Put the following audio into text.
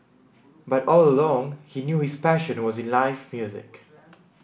but all along he knew his passion was in live music